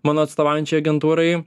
mano atstovaujančiai agentūrai